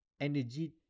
energy